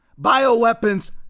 bioweapons